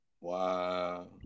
Wow